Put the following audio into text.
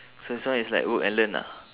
so this one is like work and learn ah